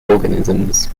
organisms